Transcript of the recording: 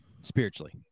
spiritually